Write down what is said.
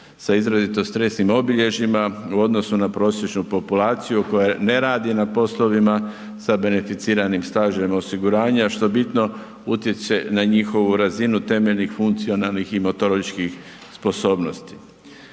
sa izrazito stresnim obilježjima u odnosu na prosječnu populaciju koja ne radi na poslovima sa beneficiranim stažem osiguranja, što bitno utječe na njihovu razinu temeljnih funkcionalnim i motoričkih sposobnosti.